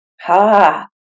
Ha